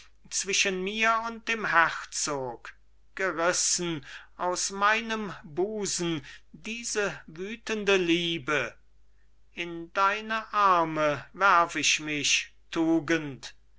zwischen mir und dem herzog gerissen aus meinem busen diese wüthende liebe in deine arme werf ich mich tugend